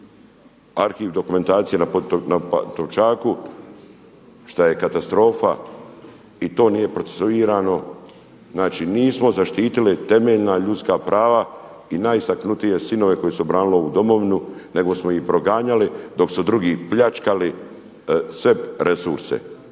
arhiv dokumentacije na Pantovčaku šta je katastrofa i to nije procesuirano. Znači nismo zaštitili temeljna ljudska prava i najistaknutije sinove koji su branili ovu domovinu nego smo ih proganjali dok su drugi pljačkali sve resurse.